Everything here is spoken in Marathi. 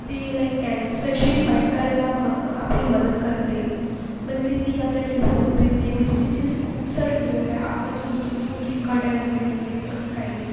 ते लाईक कॅन्सरशी फाईट करायला म आपली मदत करते म्हणजे ती आपल्याला कॅन्सर होऊ देत नाही मिरचीचे असे खूप सारे उपयोग आहे आपण सोचतो की खूप तिखट आहे वगैरे वगैरे पण असं काही नाही